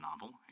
novel